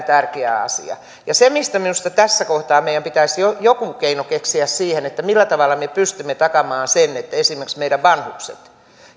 tärkeä asia se mihin minusta tässä kohtaa meidän pitäisi joku keino keksiä on se millä tavalla me pystymme takaamaan sen että esimerkiksi meidän vanhukset